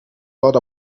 lot